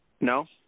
no